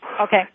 Okay